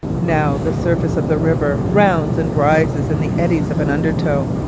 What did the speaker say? now the surface of the river rounds and rises in the eddies of an undertow,